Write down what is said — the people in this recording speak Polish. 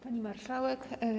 Pani Marszałek!